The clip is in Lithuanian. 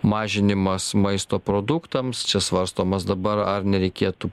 mažinimas maisto produktams čia svarstomas dabar ar nereikėtų